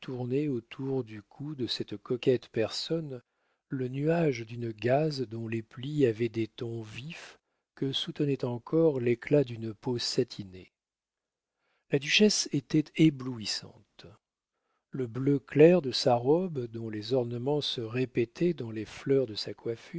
autour du cou de cette coquette personne le nuage d'une gaze dont les plis avaient des tons vifs que soutenait encore l'éclat d'une peau satinée la duchesse était éblouissante le bleu clair de sa robe dont les ornements se répétaient dans les fleurs de sa coiffure